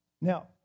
Now